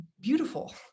beautiful